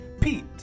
Pete